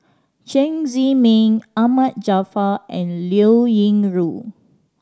Chen Zhiming Ahmad Jaafar and Liao Yingru